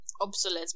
obsolete